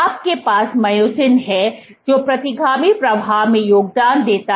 आपके पास मायोसिन है जो प्रतिगामी प्रवाह में योगदान देता है